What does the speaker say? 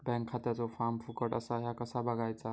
Bank खात्याचो form फुकट असा ह्या कसा बगायचा?